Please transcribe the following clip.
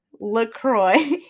LaCroix